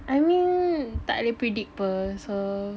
I mean tak boleh predict [pe] so